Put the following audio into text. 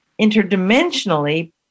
interdimensionally